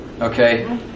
Okay